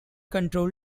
control